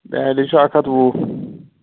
دہلی چھُ اَکھ ہَتھ وُہ